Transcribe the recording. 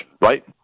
right